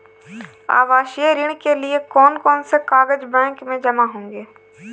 आवासीय ऋण के लिए कौन कौन से कागज बैंक में जमा होंगे?